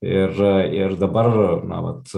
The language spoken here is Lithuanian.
ir ir dabar na vat